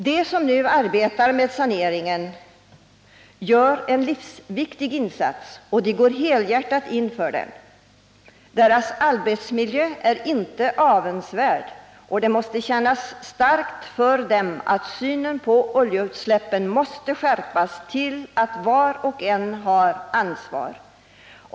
De som nu arbetar med saneringen gör en livsviktig insats, och de går helhjärtat in för den. Deras arbetsmiljö är inte avundsvärd, och de måste starkt känna att synen på oljeutsläppen måste skärpas så att var och en har ansvar.